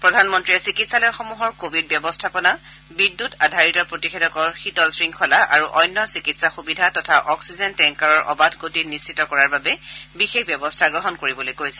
প্ৰধানমন্ত্ৰীয়ে চিকিৎসালয়সমূহৰ কোৱিড ব্যৱস্থাপনা বিদ্যুত আধাৰিত প্ৰতিষেধকৰ শীতল শংখলা আৰু অন্য চিকিৎসা সুবিধা তথা অক্সিজেন টেংকাৰৰ অবাধ গতি নিশ্চিত কৰাৰ বাবে বিশেষ ব্যৱস্থা গ্ৰহণ কৰিবলৈ কৈছে